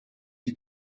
you